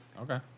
Okay